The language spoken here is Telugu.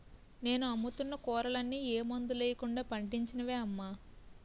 నేను అమ్ముతున్న కూరలన్నీ ఏ మందులెయ్యకుండా పండించినవే అమ్మా